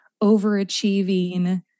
overachieving